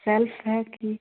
self है कि